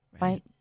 Right